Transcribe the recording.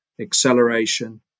acceleration